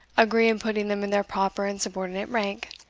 agree in putting them in their proper and subordinate rank,